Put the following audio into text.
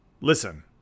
listen